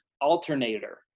alternator